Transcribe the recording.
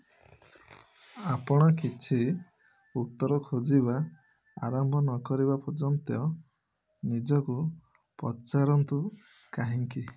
ଆପଣ କିଛି ଉତ୍ତର ଖୋଜିବା ଆରମ୍ଭ ନ କରିବା ପର୍ଯ୍ୟନ୍ତ ନିଜକୁ ପଚାରନ୍ତୁ କାହିଁକି